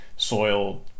Soil